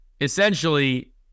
Essentially